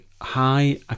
high